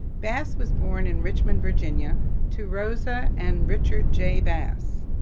bass was born in richmond, virginia to rosa and richard j. bass.